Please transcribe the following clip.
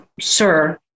sir